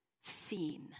seen